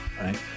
right